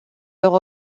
leurs